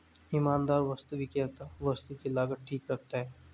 ईमानदार वस्तु विक्रेता वस्तु की लागत ठीक रखता है